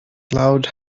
cloud